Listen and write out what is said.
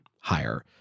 higher